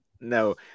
No